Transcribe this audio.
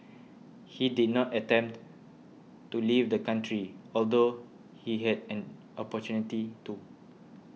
he did not attempt to leave the country although he had an opportunity to